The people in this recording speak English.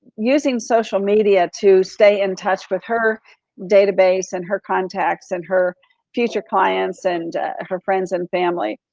using social media to stay in touch with her database, and her contacts, and her future clients, and her friends, and family.